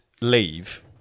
leave